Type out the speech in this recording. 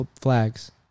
flags